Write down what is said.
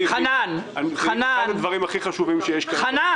או לחכות שתהיה החלטת ממשלה משלימה של עוד 190 כדי לבצע את הכל.